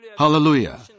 Hallelujah